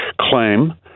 claim